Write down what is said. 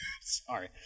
Sorry